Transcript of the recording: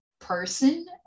person